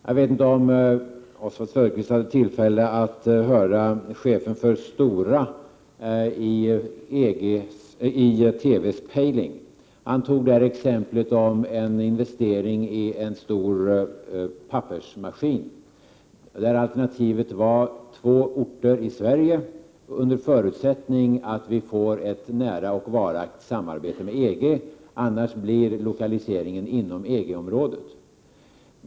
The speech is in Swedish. Jag vet inte om Oswald Söderqvist hade tillfälle att höra chefen för Stora Kopparberg i TV:s program Pejling, där han gav exemplet om en investering i en stor pappersmaskin. Det finns två alternativa orter i Sverige att placera den på under förutsättning av ett nära och varaktigt samarbete med EG. Annars skulle den placeras inom EG-området.